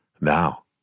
now